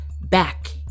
back